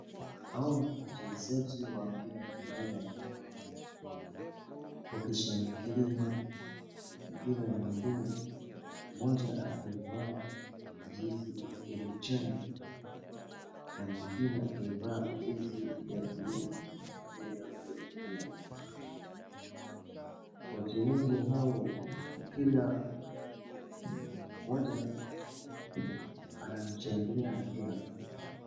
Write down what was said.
Hao ni wachezaji wa mpira wa kandanda, wakishangilia mpira ya mguu, moja akivaa jezi ya kijani na mwingine akivaa jezi ya blue na nyeupe pia. Wachezaji hao kila mmoja anashangilia mpira.